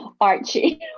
Archie